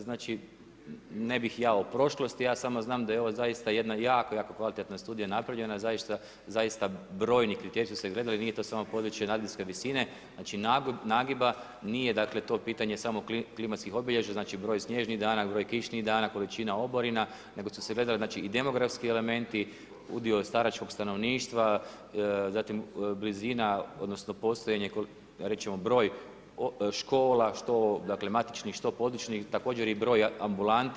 Znači ne bih ja o prošlost, ja samo znam da je ovo zaista jedna jako, jako kvalitetna studija napravljena, zaista brojni kriteriji su se gledali, nije to samo područje nadmorske visine, znači nagiba, nije to pitanje samo klimatskih obilježja, znači broj snježnih dana, broj kišnih dana, količina oborina nego su se gledale i demografski elementi, udio staračkog stanovništva zatim blizina odnosno postojanje reći ćemo broj škola što matičnih što područnih, također i broj ambulanti.